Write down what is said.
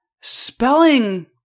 spelling